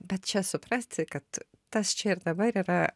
bet čia suprasti kad tas čia ir dabar yra